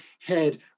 head